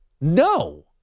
no